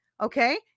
okay